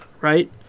Right